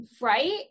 right